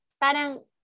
Parang